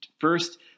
first